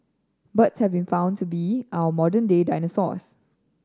birds have been found to be our modern day dinosaurs